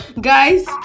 guys